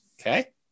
Okay